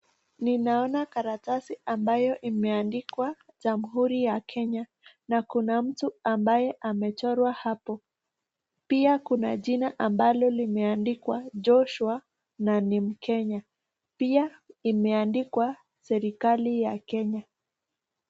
Ninaona karatasi ambayo imeandikwa jamhuri ya Kenya na kuna mtu ambaye amechorua hapo, pia kuna jina ambalo limeandikwa Joshua na ni Mkenya, pia limeandikwa serikali ya Kenya.